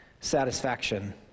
satisfaction